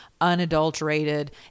unadulterated